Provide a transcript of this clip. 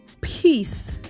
peace